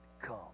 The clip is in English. come